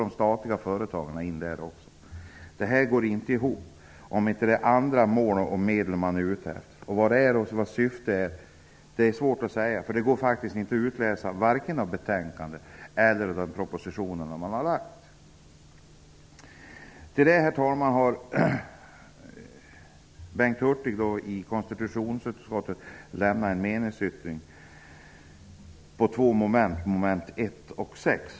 Det går inte ihop, om det nu inte är andra mål och medel man är ute efter. Vad syftet är är det svårt att säga, för det går faktiskt inte att utläsa vare sig i betänkandet eller i propositionen. Herr talman! Bengt Hurtig har i konstitutionsutskottet lämnat en meningsyttring med anledning av förslaget på två moment, nämligen mom. 1 och 6.